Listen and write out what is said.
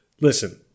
listen